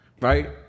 right